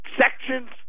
sections